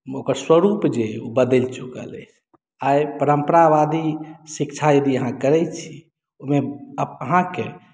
ओकर स्वरूप जे अइ ओ बदलि चुकल अइ आइ परम्परावादी शिक्षा यदि अहाँ करैत छी ओहिमे अप अहाँके